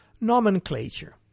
Nomenclature